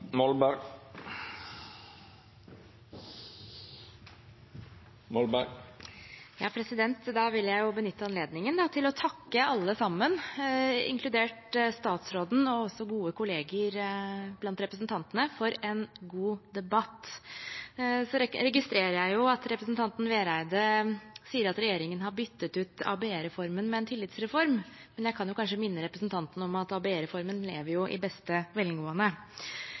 Da vil jeg benytte anledningen til å takke alle sammen, inkludert statsråden og gode kollegaer blant representantene, for en god debatt. Jeg registrerer at representanten Vereide sier at regjeringen har byttet ut ABE-reformen med en tillitsreform, men jeg kan kanskje minne representanten om at ABE-reformen lever i beste velgående.